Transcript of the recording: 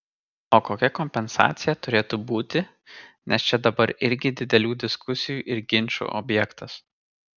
o kokia kompensacija turėtų būti nes čia dabar irgi didelių diskusijų ir ginčų objektas